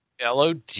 Lod